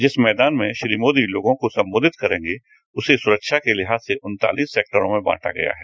जिस मैदान में श्री मोदी को सम्बोधित करेंगे उसे सुरक्षा के लिहाज से उन्तालिस सेक्टरो में बांटा गया है